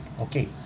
okay